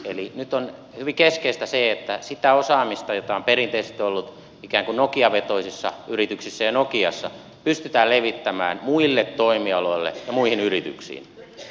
nyt on hyvin keskeistä se että sitä osaamista jota on perinteisesti ollut ikään kuin nokia vetoisissa yrityksissä ja nokiassa pystytään levittämään muille toimialoille ja muihin yrityksiin